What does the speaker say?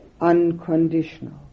unconditional